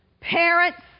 Parents